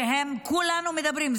שכולנו מדברים,